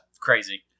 crazy